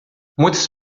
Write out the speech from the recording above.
muitas